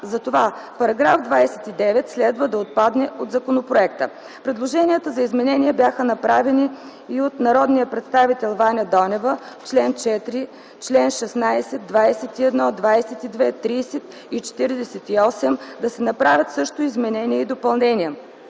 затова § 29 следва да отпадне от законопроекта. Предложенията за изменения бяха направени и от народния представител Ваня Донева в чл. 4, в членове 16, 21, 22, 30 и 48 да се направят също изменения и допълнения,